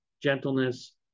gentleness